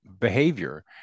behavior